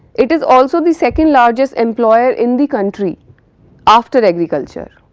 it is also the second largest employer in the country after agriculture.